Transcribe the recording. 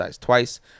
twice